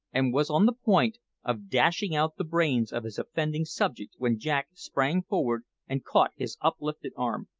and was on the point of dashing out the brains of his offending subject when jack sprang forward and caught his uplifted arm.